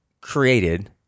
created